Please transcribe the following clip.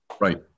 Right